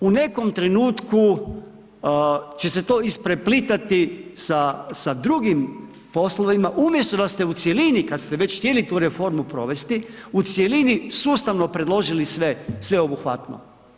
U nekom trenutku će se to ispreplitati sa drugim poslovima, umjesto da se u cjelini, kad ste već htjeli tu reformu provesti, u cjelini, sustavno predložili sve sveobuhvatno.